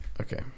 Okay